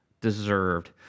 deserved